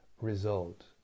result